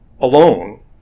alone